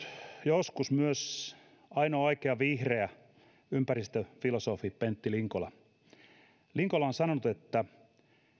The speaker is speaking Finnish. joskus puhunut myös ainoa oikea vihreä ympäristöfilosofi pentti linkola linkola on sanonut että